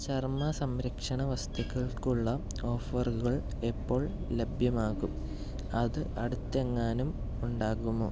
ചർമ്മസംരക്ഷണ വസ്തുക്കൾക്കുള്ള ഓഫറുകൾ എപ്പോൾ ലഭ്യമാകും അത് അടുത്തെങ്ങാനും ഉണ്ടാകുമോ